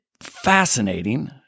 fascinating